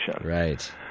Right